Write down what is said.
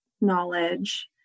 knowledge